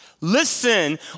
Listen